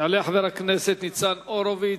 יעלה חבר הכנסת ניצן הורוביץ,